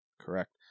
Correct